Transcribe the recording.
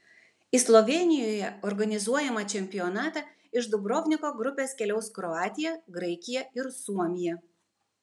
į slovėnijoje organizuojamą čempionatą iš dubrovniko grupės keliaus kroatija graikija ir suomija